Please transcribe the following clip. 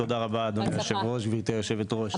תודה רבה, אדוני היושב-ראש, גברתי היושבת-ראש.